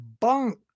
bunk